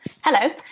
hello